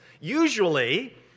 Usually